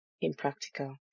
impractical